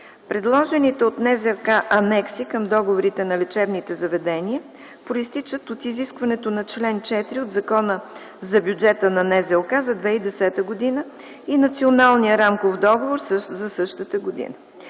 Предложените от НЗОК анекси към договорите на лечебните заведения произтичат от изискването на чл. 4 от Закона за бюджета на НЗОК за 2010 г. и Националния рамков договор за същата година.